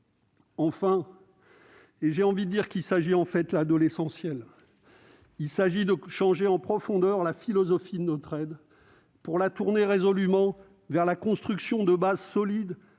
Enfin, et j'ai envie de dire qu'il s'agit en fait de l'essentiel, il convient de changer en profondeur la philosophie de notre aide, pour la tourner résolument vers la construction des bases solides